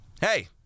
Hey